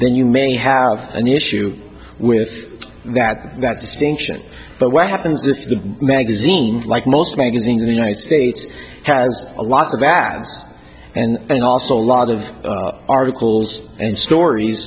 then you may have an issue with that that station but what happens if the magazine like most magazines in the united states has a lot of ads and also a lot of articles and stories